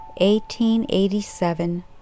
1887